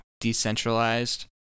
decentralized